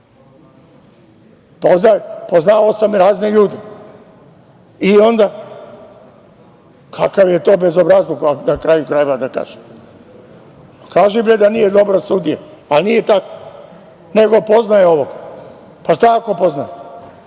Poznavao sam razne ljude i onda? Kakav je to bezobrazluk, na kraju krajeva da kažem? Kaži da nije dobar sudija, a nije tako, nego poznaje ovog. Pa šta ako poznate.